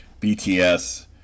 BTS